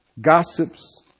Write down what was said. gossips